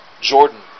Jordan